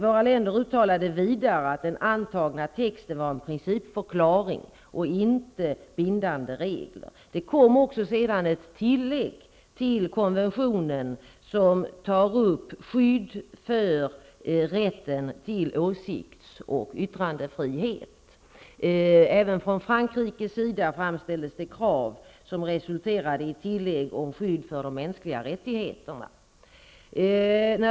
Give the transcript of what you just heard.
Våra länder uttalade vidare att den antagna texten var en principförklaring och inte bindande regler. Den måste också ses som ett tillägg till konventionen som tar upp skydd för rätten till åsikts och yttrandefrihet. Även från Frankrikes sida framställdes krav som resulterade i tillägg om skydd för de mänskliga rättigheterna.